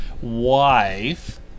Wife